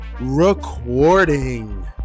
recording